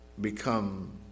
become